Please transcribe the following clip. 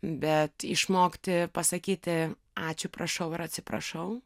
bet išmokti pasakyti ačiū prašau ir atsiprašau